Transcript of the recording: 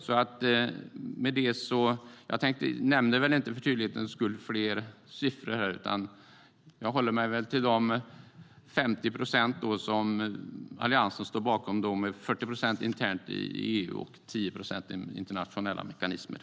Jag ska inte nämna fler siffror för tydlighets skull, utan jag håller mig till de 50 procent som Alliansen står bakom, varav 40 procent är internt inom EU och 10 procent är internationella mekanismer.